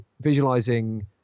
visualizing